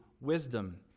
wisdom